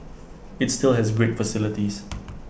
IT still has great facilities